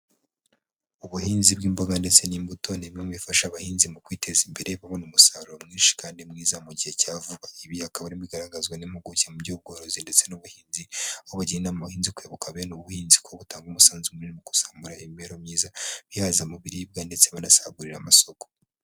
Ubuhinzi bw'imboga ndetse n'imbuto nimwe mu bifasha abahinzi mu kwiteza imbere ba kubona umusaruro mwinshi kandi mwiza mu gihe vuba, ibi bikaba bigaragazwa n'impuguke mu by'ubworozi ndetse n'ubuhinzi aho bugenda mu buhinzi kweguka bene ubuhinzi kuko butanga umusanzu munini mu kuzamura imibereho myiza buhaza mu biribwa ndetse banasagurira amasoko.